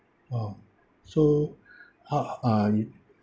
!wow! so how uh